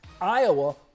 Iowa